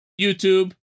YouTube